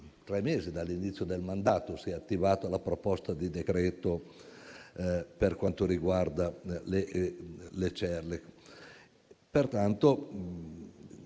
tre mesi dall'inizio del mandato si è attivata la proposta di decreto per quanto riguarda le CER. Pertanto,